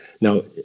Now